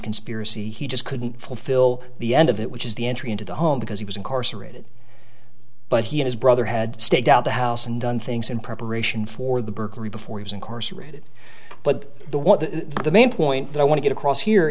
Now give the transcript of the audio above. conspiracy he just couldn't fulfill the end of it which is the entry into the home because he was incarcerated but he has brother had staked out the house and done things in preparation for the burglary before he was incarcerated but the what the the main point that i want to get across here